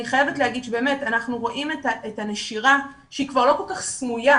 אני חייבת להגיד שבאמת אנחנו רואים את הנשירה שהיא כבר לא כל כך סמויה.